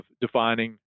defining